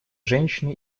женщины